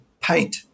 paint